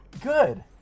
Good